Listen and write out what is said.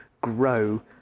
grow